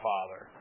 Father